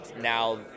now